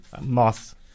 moth